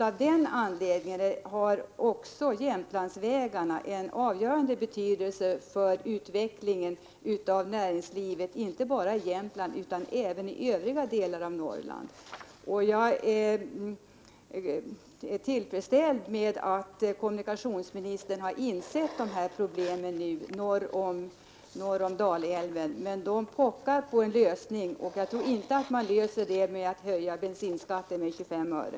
Av den anledningen har också Jämtlandsvägarna en avgörande betydelse för utvecklingen av näringslivet — inte bara i Jämtland utan också i övriga delar av Norrland. Det är tillfredsställande att kommunikationsministern nu har insett de problem som finns norr om Dalälven. Men dessa problem pockar på en lösning. Jag tror inte att man löser dem genom att höja bensinskatten med 25 öre.